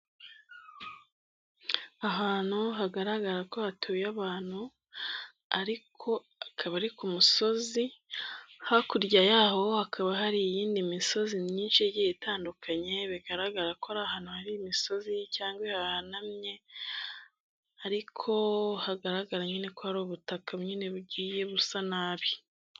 Ahantu hagaragara ko hatuye abantu ariko akaba ari ku musozi, hakurya yaho hakaba hari iyindi misozi myinshi igi itandukanye bigaragara ko ari ahantu hari imisozi cyangwa hahanamye ariko hagaragara nyine ko hari ubutaka nyine bugiye busa nabi.